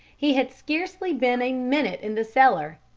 he had scarcely been a minute in the cellar,